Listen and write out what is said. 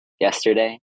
yesterday